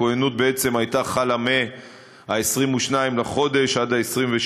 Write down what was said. הכוננות חלה מ-22 עד 28 בחודש.